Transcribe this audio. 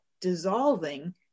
dissolving